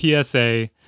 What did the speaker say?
PSA